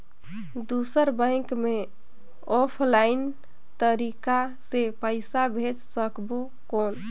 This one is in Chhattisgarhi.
दुसर बैंक मे ऑफलाइन तरीका से पइसा भेज सकबो कौन?